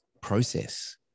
process